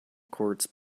courts